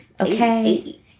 Okay